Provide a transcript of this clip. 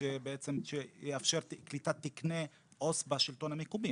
שיאפשר קליטת תקני עו"ס בשלטון המקומי,